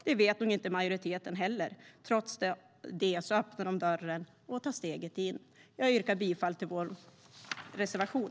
Det vet nog inte majoriteten heller, men trots det öppnar man dörren och tar steget in. Herr talman! Jag yrkar bifall till vår reservation.